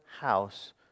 house